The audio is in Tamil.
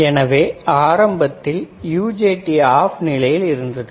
எனவே ஆரம்பத்தில் UJT ஆப் நிலையில் இருந்தது